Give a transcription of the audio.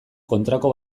kontrako